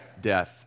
Death